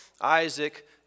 Isaac